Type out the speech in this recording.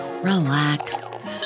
Relax